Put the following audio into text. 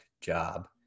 job